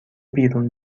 بیرون